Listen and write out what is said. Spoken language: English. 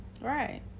Right